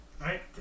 Right